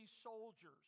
soldiers